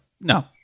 no